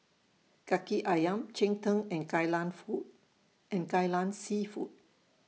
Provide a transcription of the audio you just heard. Kaki Ayam Cheng Tng and Kai Lan Food and Kai Lan Seafood